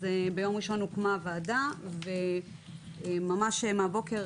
אז ביום ראשון הוקמה ועדה וממש מהבוקר,